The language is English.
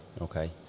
Okay